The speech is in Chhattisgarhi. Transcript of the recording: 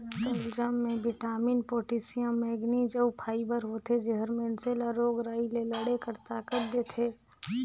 सलजम में बिटामिन, पोटेसियम, मैगनिज अउ फाइबर होथे जेहर मइनसे ल रोग राई ले लड़े कर ताकत देथे